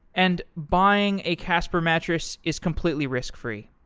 and buying a casper mattress is completely risk-free.